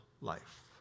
life